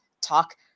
talk